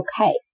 okay